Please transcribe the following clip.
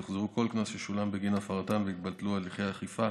יוחזר כל קנס ששולם בגין הפרתן ויתבטלו הליכי האכיפה